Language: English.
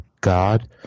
God